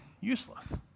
useless